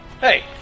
Hey